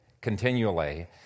continually